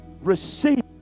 receive